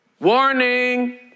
Warning